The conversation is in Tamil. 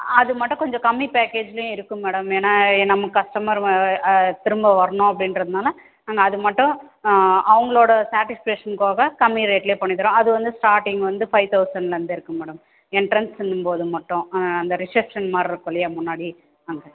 அது மட்டும் கொஞ்சம் கம்மி பேக்கேஜ்லேயும் இருக்குது மேடம் ஏன்னா நம்ம கஸ்டமர் வ திரும்ப வரணும் அப்படின்றதுனால நாங்கள் அது மட்டும் அவங்களோட சாட்டிஸ்ஃபேஷனுக்காக கம்மி ரேட்டில் பண்ணித்தரோம் அது வந்து ஸ்டார்ட்டிங் வந்து ஃபைவ் தௌசண்ட்லேருந்தே இருக்குது மேடம் எண்ட்ரென்ஸ்ஸுன்னும் போது மட்டும் அந்த ரிசப்ஷன் மாதிரி இருக்கும் இல்லையா முன்னாடி அங்கே